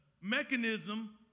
mechanism